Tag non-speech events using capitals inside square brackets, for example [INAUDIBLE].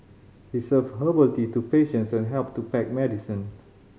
he served herbal tea to patients and helped to pack medicine [UNINTELLIGIBLE]